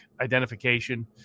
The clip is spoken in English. identification